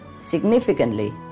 significantly